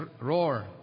roar